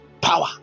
power